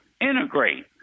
integrate